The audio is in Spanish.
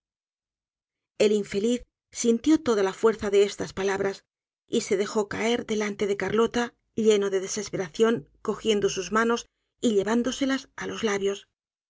el infeiiz sintió toda la fuerza de estas palabras y se dejó caer delante de carlota lleno de desesperación cogiendo sus manos y llevándoselas á los labios